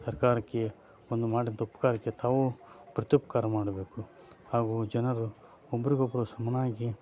ಸರ್ಕಾರಕ್ಕೆ ಒಂದು ಮಾಡಿದ್ದ ಉಪಕಾರಕ್ಕೆ ತಾವು ಪ್ರತ್ಯುಪಕಾರ ಮಾಡಬೇಕು ಹಾಗೂ ಜನರು ಒಬ್ರಿಗೊಬ್ಬರು ಸಮನಾಗಿ